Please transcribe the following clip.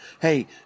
hey